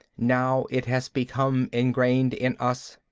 now it has become ingrained in us.